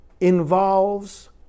involves